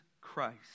Christ